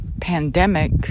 pandemic